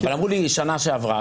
אבל אמרו לי שנה שעברה.